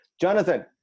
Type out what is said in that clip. Jonathan